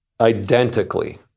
identically